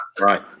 Right